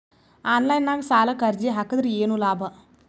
Online ನಾಗ್ ಸಾಲಕ್ ಅರ್ಜಿ ಹಾಕದ್ರ ಏನು ಲಾಭ?